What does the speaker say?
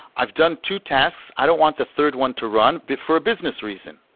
i've done two tasks. i don't want the third one to run but for a business reason.